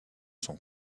son